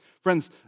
Friends